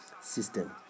system